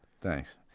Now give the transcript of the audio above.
Thanks